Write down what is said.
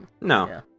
no